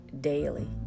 daily